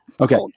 Okay